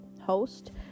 host